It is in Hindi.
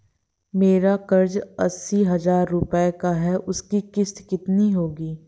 मेरा कर्ज अस्सी हज़ार रुपये का है उसकी किश्त कितनी होगी?